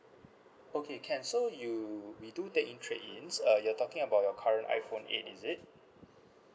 okay can so you we do take in trade in uh you're talking about your current iPhone eight is it